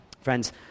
Friends